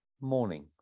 morning